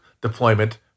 deployment